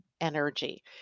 energy